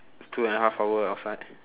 two and a half hour outside